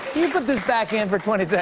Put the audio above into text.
you put this back in for twenty yeah